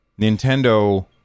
Nintendo